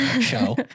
Show